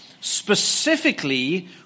specifically